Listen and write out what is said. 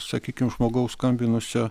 sakykim žmogaus skambinusio